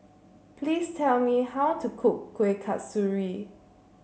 please tell me how to cook Kueh Kasturi